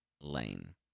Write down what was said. lane